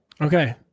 Okay